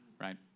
right